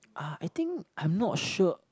uh I think I'm not sure